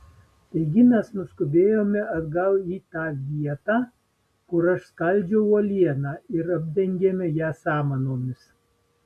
taigi mes nuskubėjome atgal į tą vietą kur aš skaldžiau uolieną ir apdengėme ją samanomis